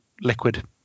liquid